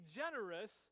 generous